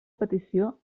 petició